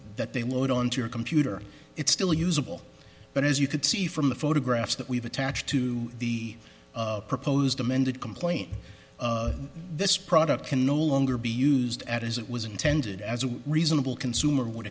that they load onto your computer it's still usable but as you could see from the photographs that we've attached to the proposed amended complaint of this product can no longer be used at as it was intended as a reasonable consumer would